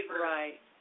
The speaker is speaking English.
Right